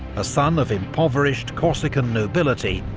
a son of impoverished corsican nobility,